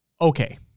Okay